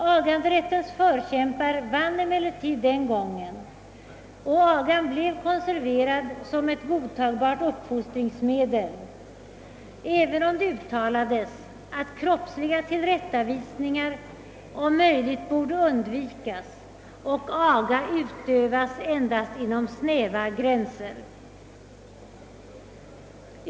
Aganderättens förkämpar vann emellertid den gången och agan blev konserverad som ett godtagbart uppfostringsmedel, även om det uttalades att kroppsliga tillrättavisningar om möjligt borde undvikas och aga utövas endast inom snäva gränser.